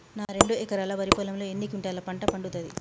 నా రెండు ఎకరాల వరి పొలంలో ఎన్ని క్వింటాలా పంట పండుతది?